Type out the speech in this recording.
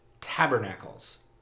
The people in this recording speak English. tabernacles